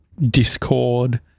discord